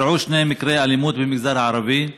אירעו שני מקרי אלימות במגזר הערבי,